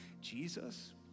Jesus